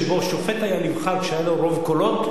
שבו שופט היה נבחר כשהיה לו רוב קולות,